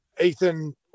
Ethan